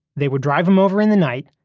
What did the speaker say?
they would drive them over in the night,